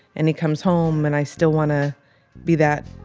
and he comes home, and i still want to be that.